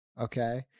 Okay